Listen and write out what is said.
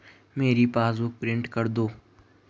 मेरी passbook print कर दो